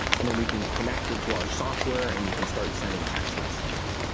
and then we can connect it to our software, and you can start sending text messages.